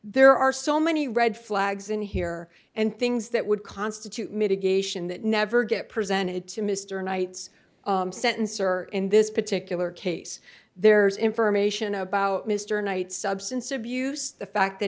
there are so many red flags in here and things that would constitute mitigation that never get presented to mr knight's sentence or in this particular case there's information about mr knight substance abuse the fact that